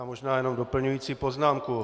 Já možná jenom doplňující poznámku.